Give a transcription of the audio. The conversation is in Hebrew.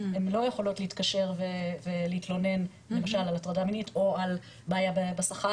הן לא יכולות להתקשר ולהתלונן למשל על הטרדה מינית או על בעיה בשכר,